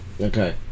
Okay